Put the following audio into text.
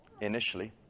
initially